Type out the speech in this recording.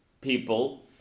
people